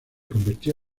convirtió